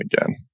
again